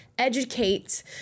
Educate